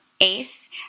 Ace